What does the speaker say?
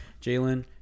Jalen